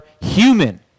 human